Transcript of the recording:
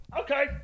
Okay